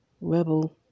rebel